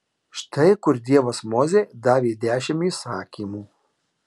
štai kur dievas mozei davė dešimt įsakymų